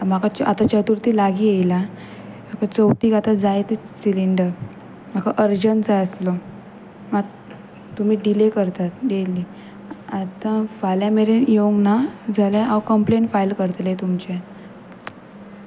म्हाका आतां चतुर्थी लागीं येयला म्हाका चवथीक आतां जाय ते सिलींडर म्हाका अर्जंट जाय आसलो मात तुमी डिले करतात डेली आतां फाल्यां मेरेन येवंक ना जाल्यार हांव कंपलेन फायल करतलें तुमचे